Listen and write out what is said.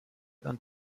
und